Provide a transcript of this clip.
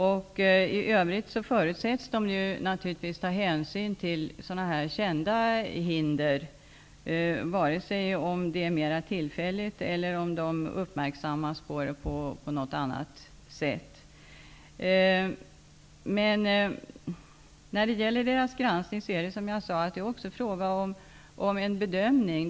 I övrigt förutsätts det naturligtvis ta hänsyn till kända hinder som man konstaterar mera tillfälligt eller uppmärksammar på något annat sätt. Men i granskningen ingår, som jag sade, också en bedömning.